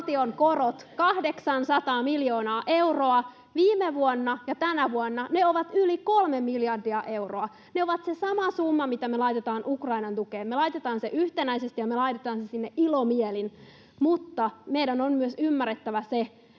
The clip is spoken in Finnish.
oli valtion korot 800 miljoonaa euroa. Viime vuonna ja tänä vuonna ne ovat yli kolme miljardia euroa. Ne ovat se sama summa, mitä me laitetaan Ukrainan tukeen. Me laitetaan se yhtenäisesti ja me laitetaan se sinne ilomielin, mutta meidän on ymmärrettävä